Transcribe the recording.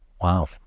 Wow